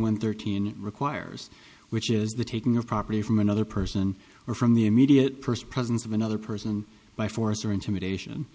one thirteen requires which is the taking of property from another person or from the immediate first presence of another person by force or intimidation